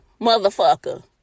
motherfucker